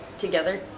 Together